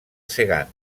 segan